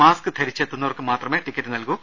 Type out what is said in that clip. mask ധരിച്ചെത്തുന്നവർക്ക് മാത്രമേ ticket നൽകൂ